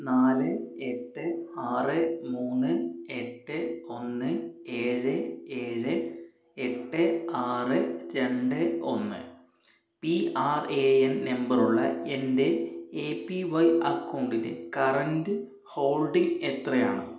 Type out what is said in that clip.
നാല് എട്ട് ആറ് മൂന്ന് എട്ട് ഒന്ന് ഏഴ് ഏഴ് എട്ട് ആറ് രണ്ട് ഒന്ന് പി ആർ എ എൻ നമ്പറുള്ള എൻ്റെ എ പി വൈ അക്കൗണ്ടിലെ കറൻറ്റ് ഹോൾഡിംഗ് എത്രയാണ്